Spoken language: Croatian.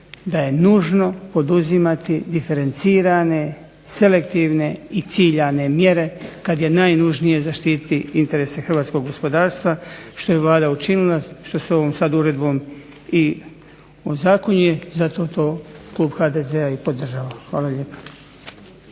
da je nužno poduzimati diferencirane, selektivne i ciljane mjere kad je najnužnije zaštititi interese hrvatskog gospodarstva što je Vlada učinila, što se ovom sad uredbom i ozakonjuje. Zato to klub HDZ-a i podržava. Hvala lijepo.